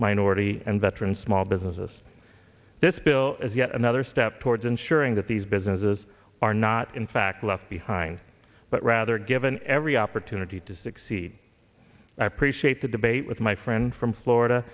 minority and veteran small businesses this bill is yet another step towards ensuring that these businesses are not in fact left behind but rather given every opportunity to succeed i appreciate the debate with my friend from florida